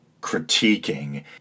critiquing